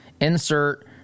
Insert